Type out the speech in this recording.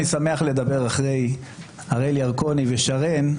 אני שמח לדבר אחרי הראל ירקוני ושרן,